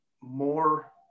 more